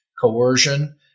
coercion